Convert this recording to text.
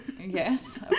Yes